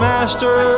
Master